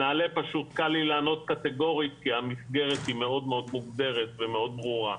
לגבי נעל"ה קל לי לענות קטגורית כי המסגרת מאוד מוגדרת ומאוד ברורה.